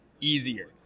easier